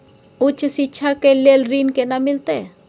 उच्च शिक्षा के लेल ऋण केना मिलते?